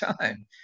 time